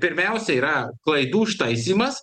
pirmiausia yra klaidų ištaisymas